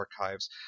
Archives